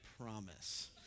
promise